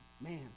Man